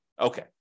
Okay